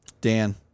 dan